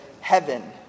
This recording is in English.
heaven